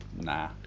nah